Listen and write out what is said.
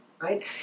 right